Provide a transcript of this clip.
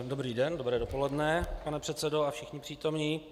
Dobrý den, dobré dopoledne pane předsedo a všichni přítomní.